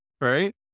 Right